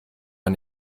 man